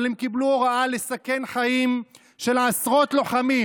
אבל הם קיבלו הוראה לסכן חיים של עשרות לוחמים,